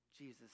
Jesus